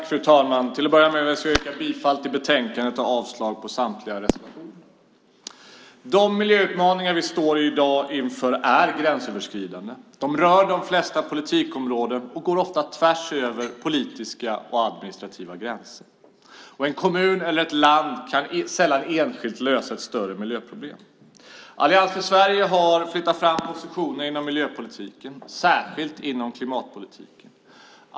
Fru talman! Till att börja med vill jag yrka bifall till förslaget i betänkandet och avslag på samtliga reservationer. De miljöutmaningar vi står inför i dag är gränsöverskridande. De rör de flesta politikområden och går ofta tvärs över politiska och administrativa gränser. En kommun eller ett land kan sällan enskilt lösa större miljöproblem. Allians för Sverige har flyttat fram positionerna inom miljöpolitiken, särskilt inom klimatpolitiken.